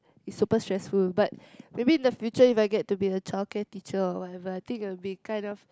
is super stressful but maybe in the future if I get to be a childcare teacher or whatever I think it'll be kind of